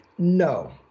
no